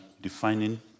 defining